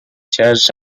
church